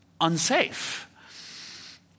unsafe